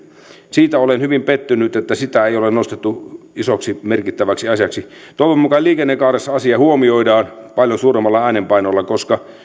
siitä olen hyvin pettynyt että sitä ei ole nostettu isoksi merkittäväksi asiaksi toivon mukaan liikennekaaressa asia huomioidaan paljon suuremmalla äänenpainolla koska